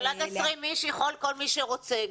אבל עד 20 אנשים יכול כל מי שרוצה להיפגש.